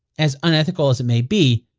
as unethical as it may be,